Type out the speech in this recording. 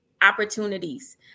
Opportunities